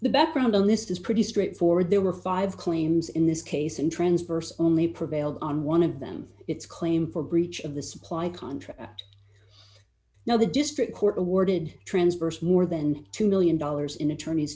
the background on this is pretty straightforward there were five claims in this case and transverse only prevailed on one of them its claim for breach of the supply contract now the district court awarded transversed more than two million dollars in attorney